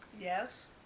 Yes